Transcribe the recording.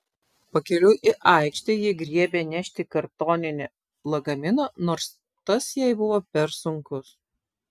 pakeliui į aikštę ji griebė nešti kartoninį lagaminą nors tas jai buvo per sunkus